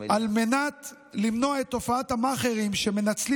על מנת למנוע את תופעת המאכערים שמנצלים